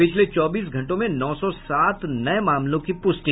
पिछले चौबीस घंटों में नौ सौ सात नये मामलों की पुष्टि